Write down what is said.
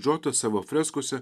džotas savo freskose